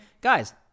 Guys